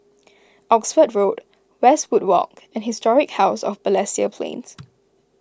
Oxford Road Westwood Walk and Historic House of Balestier Plains